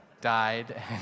died